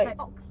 like ox